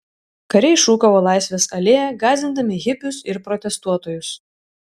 kariai šukavo laisvės alėją gąsdindami hipius ir protestuotojus